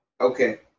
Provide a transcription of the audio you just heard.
Okay